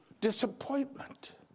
disappointment